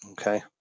okay